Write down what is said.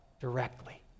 directly